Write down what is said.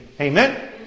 Amen